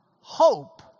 hope